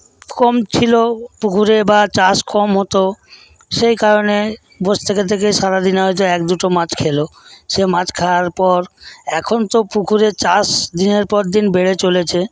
কম ছিল পুকুরে বা চাষ কম হতো সেই কারনে বসে থেকে থেকে সারাদিনে হয়তো এক দুটো মাছ খেল সেই মাছ খাওয়ার পর এখন তো পুকুরে চাষ দিনের পর দিন বেড়ে চলেছে